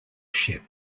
ship